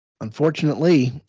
Unfortunately